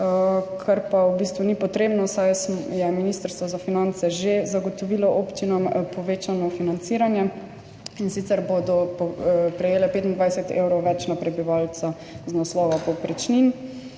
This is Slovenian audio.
kar pa v bistvu ni potrebno, saj je Ministrstvo za finance občinam že zagotovilo povečano financiranje, in sicer bodo prejele 25 evrov več na prebivalca iz naslova povprečnin.